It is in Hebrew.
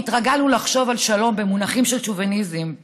כי התרגלנו לחשוב על שלום במונחים של שוביניזם.